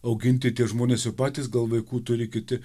auginti tie žmonės jau patys gal vaikų turi kiti